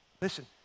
Listen